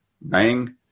bang